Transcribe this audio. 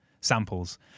samples